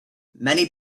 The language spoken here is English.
many